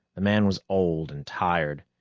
the man was old and tired.